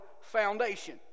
foundation